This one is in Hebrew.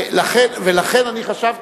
ולכן אני חשבתי,